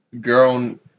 grown